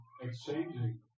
exchanging